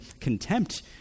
contempt